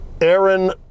Aaron